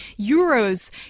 euros